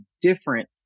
different